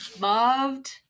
loved